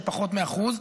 של פחות מ-1%,